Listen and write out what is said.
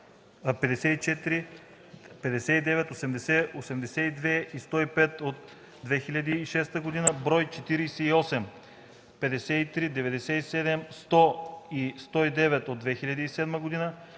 54, 59, 80, 82 и 105 от 2006 г., бр. 48, 53, 97, 100 и 109 от 2007 г.,